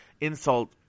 insult